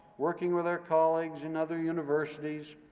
working with our colleagues in other universities,